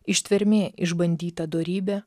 ištvermė išbandytą dorybę